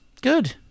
good